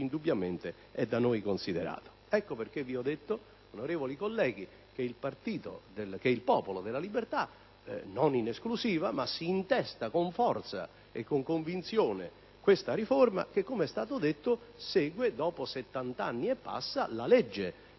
indubbiamente è da noi considerato. Ecco perché vi ho detto, onorevoli colleghi, che il Popolo della Libertà, non in esclusiva, si intesta con forza e con convinzione questa riforma che, com'è stato detto, segue, dopo oltre settant'anni, la legge